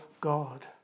God